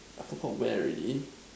I forgot where already